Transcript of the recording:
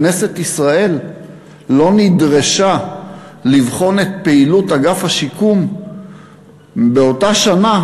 כנסת ישראל לא נדרשה לבחון את פעילות אגף השיקום באותה שנה.